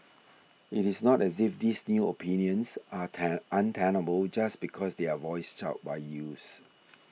it is not as if these new opinions are ten untenable just because they are voiced out by youths